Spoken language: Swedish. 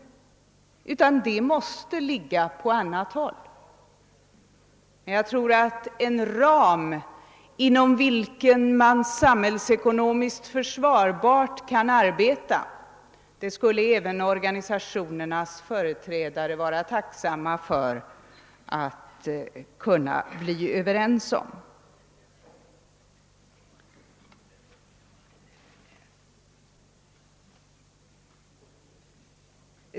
Detta ansvar måste ligga på annat håll. Jag tror att även organisationernas företrädare skulle vara tacksamma för om man kunde komma överens om en ram som det vore möjligt att samhällsekonomiskt försvarbart arbeta inom.